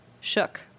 Shook